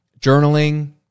journaling